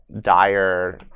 dire